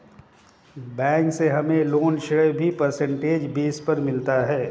bank से हमे loan ऋण भी परसेंटेज बेस पर मिलता है